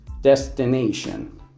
destination